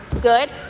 Good